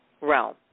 realm